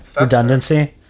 redundancy